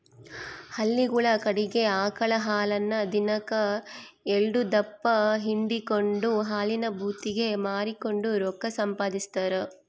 ಹಳ್ಳಿಗುಳ ಕಡಿಗೆ ಆಕಳ ಹಾಲನ್ನ ದಿನಕ್ ಎಲ್ಡುದಪ್ಪ ಹಿಂಡಿಕೆಂಡು ಹಾಲಿನ ಭೂತಿಗೆ ಮಾರಿಕೆಂಡು ರೊಕ್ಕ ಸಂಪಾದಿಸ್ತಾರ